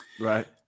right